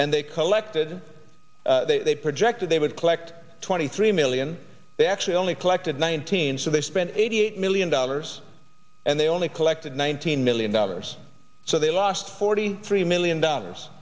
and they collected they projected they would collect twenty three million they actually only collected nineteen so they spent eighty eight million dollars and they only collected one hundred million dollars so they lost forty three million dollars